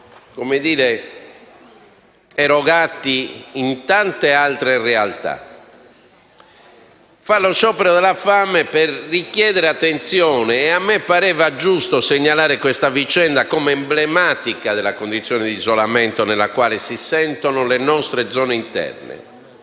pure sono erogati in tante altre realtà. Giorgina Secci fa lo sciopero della fame per richiedere attenzione e mi pareva giusto segnalare questa vicenda come emblematica della condizione di isolamento nella quale si sentono le nostre zone interne,